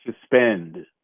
suspend